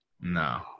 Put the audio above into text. No